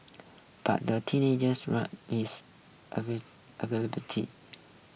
but the teenagers is available tea